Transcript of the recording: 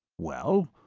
well,